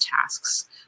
tasks